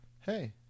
Hey